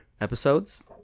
episodes